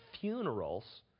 funerals